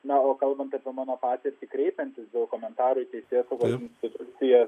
na o kalbant apie mano patirtį kreipiantis dėl komentarų į teisėsaugos institucijas